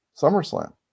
SummerSlam